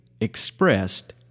expressed